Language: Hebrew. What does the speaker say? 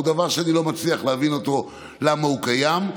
הוא דבר שאני לא מצליח להבין למה הוא קיים.